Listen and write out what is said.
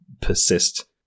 persist